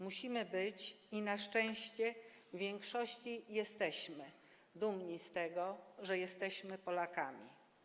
Musimy być, i na szczęście w większości jesteśmy, dumni z tego, że jesteśmy Polakami.